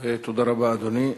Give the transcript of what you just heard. תודה רבה, אדוני.